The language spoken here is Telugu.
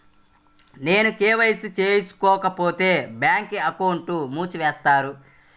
నేను కే.వై.సి చేయించుకోకపోతే బ్యాంక్ అకౌంట్ను మూసివేస్తారా?